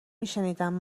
میشنیدم